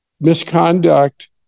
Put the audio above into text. misconduct